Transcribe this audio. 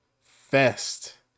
fest